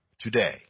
today